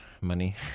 money